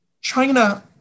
China